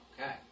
Okay